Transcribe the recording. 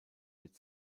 wird